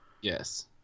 Yes